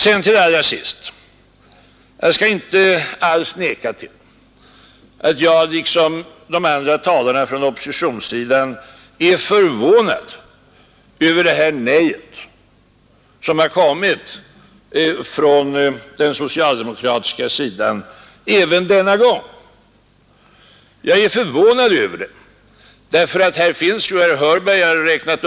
Sedan vill jag till sist inte neka till att jag liksom de andra talarna från oppositionssidan är förvånad över det nej som kommit från socialdemokraterna även denna gång. Det har ju gjorts en rad uttalanden i den här frågan.